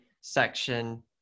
section